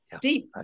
deep